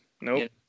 Nope